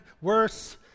worse